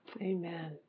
Amen